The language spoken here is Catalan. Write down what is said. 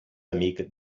amic